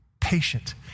patient